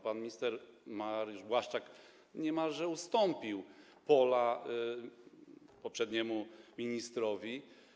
Pan minister Mariusz Błaszczak niemalże ustąpił pola poprzedniemu ministrowi.